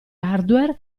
hardware